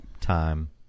time